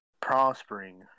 prospering